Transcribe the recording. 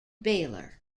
baylor